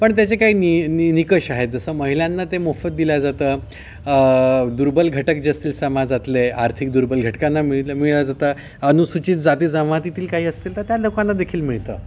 पण त्याचे काही नि नि निकश आहेत जसं महिलांना ते मोफत दिले जातं दुर्बल घटक जे असतील समाजातले आर्थिक दुर्बल घटकांना मिळ मिळले जातं अनुसूचित जाती जमातीतील काही असतील तर त्या लोकांना देखील मिळतं